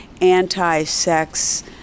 anti-sex